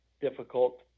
difficult